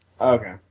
Okay